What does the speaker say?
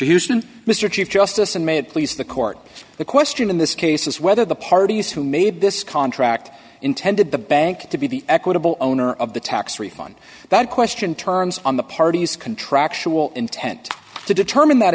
solution mr chief justice and made please the court the question in this case is whether the parties who made this contract intended the bank to be the equitable owner of the tax refund that question turns on the parties contractual intent to determine that